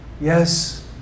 Yes